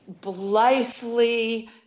blithely